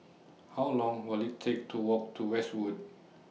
How Long Will IT Take to Walk to Westwood